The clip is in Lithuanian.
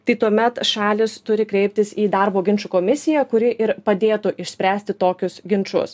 tai tuomet šalys turi kreiptis į darbo ginčų komisiją kuri ir padėtų išspręsti tokius ginčus